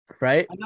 Right